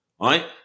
Right